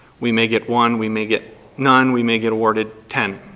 we may get one, we may get none, we may get awarded ten.